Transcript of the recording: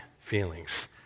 feelings